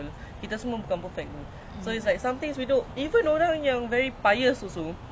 apa dia buat ni ah